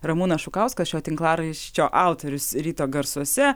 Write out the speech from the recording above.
ramūnas šukauskas šio tinklaraščio autorius ryto garsuose